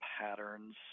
patterns